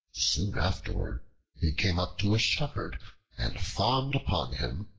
soon afterward he came up to a shepherd and fawned upon him,